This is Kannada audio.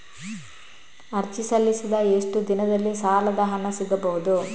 ಅರ್ಜಿ ಸಲ್ಲಿಸಿದ ಎಷ್ಟು ದಿನದಲ್ಲಿ ಸಾಲದ ಹಣ ಸಿಗಬಹುದು?